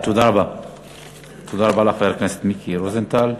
תודה רבה לחבר הכנסת מיקי רוזנטל.